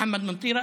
מוחמד מטירה,